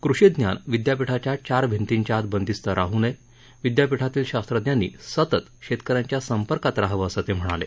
कृषी ज्ञान विद्यापिठाच्या चार भिंतीच्या आत बंदिस्त राहू नये विद्यापिठातील शास्त्रज्ञांनी सतत शेतकऱ्यांच्या संपर्कात राहावं असं ते म्हणाले